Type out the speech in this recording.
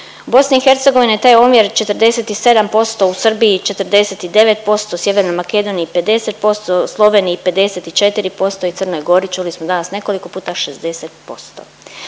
BiH je taj omjer 47%, u Srbiji 49%, u Sjevernoj Makedoniji 50%, Sloveniji 54% i Crnoj Gori čuli smo danas nekoliko puta 60%.